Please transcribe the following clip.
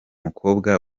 mukobwa